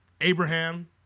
Abraham